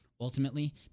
ultimately